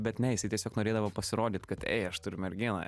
bet ne jisai tiesiog norėdavo pasirodyt kad ei aš turiu merginą